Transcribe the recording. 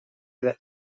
that